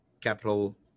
capital